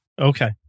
Okay